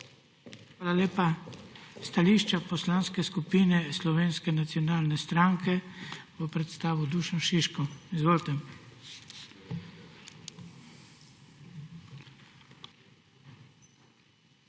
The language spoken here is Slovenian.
Hvala lepa. Stališča Poslanske skupine Slovenske nacionalne stranke bo predstavil Dušan Šiško. Izvolite. **DUŠAN